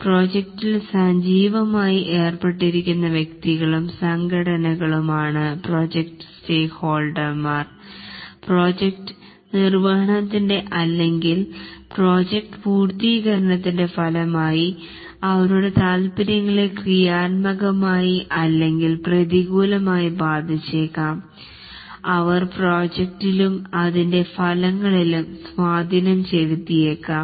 പ്രോജക്റ്റിൽ സജീവമായി ഏർപ്പെട്ടിരിക്കുന്ന വ്യകതികളും സംഘടനകളും ആണ് പ്രോജക്ട് സ്റ്റേക്കഹോൾഡമാർ പ്രോജക്ട് നിർവഹണത്തിന്റെ അല്ലെങ്കിൽ പ്രോജക്ട് പൂർത്തീകരണത്തിന്റെ ഫലമായി അവരുടെ താല്പര്യങ്ങളെ ക്രിയാന്മഗമായി അല്ലെങ്കിൽ പ്രതികൂലമായി ബാധിച്ചേക്കാം അവർ പ്രോജക്ടിലും അതിൻറെ ഫലങ്ങളിലും സ്വാധീനം ചെലുത്തിയേക്കാം